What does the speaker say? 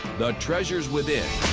the treasures within.